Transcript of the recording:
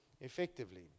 effectively